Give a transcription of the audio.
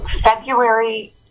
February